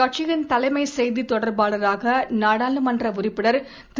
கட்சியின் தலைமை செய்தி தொடர்பாளராக நாடாளுமன்ற உறுப்பினர் திரு